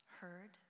heard